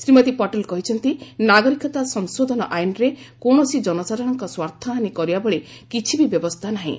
ଶ୍ରୀମତୀ ପଟେଲ୍ କହିଛନ୍ତି ନାଗରିକତା ସଂଶୋଧନ ଆଇନରେ କୌଣସି ଜନସାଧାରଣଙ୍କ ସ୍ୱାର୍ଥହାନୀ କରିବା ଭଳି କିଛି ବି ବ୍ୟବସ୍ଥା ନାହିଁ